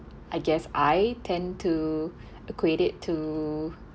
I guess I tend to equate it to